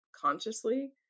consciously